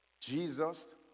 Jesus